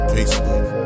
Facebook